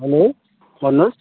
hello भन्नुहोस्